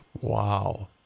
Wow